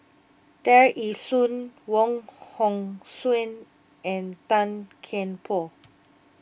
Tear Ee Soon Wong Hong Suen and Tan Kian Por